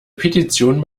petition